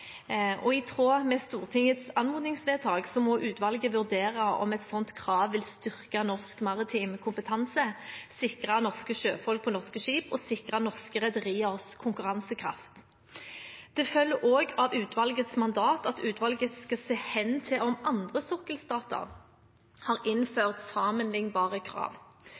I tråd med Stortingets anmodningsvedtak må utvalget vurdere om et slikt krav vil styrke norsk maritim kompetanse, sikre norske sjøfolk på norske skip og sikre norske rederiers konkurransekraft. Det følger også av utvalgets mandat at utvalget skal se hen til om andre sokkelstater har innført sammenlignbare krav.